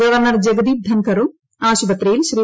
governor Jagdeep ധൻഖറും ആശുപത്രിയിൽ ശ്രീ